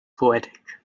poetic